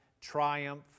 triumph